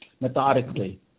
methodically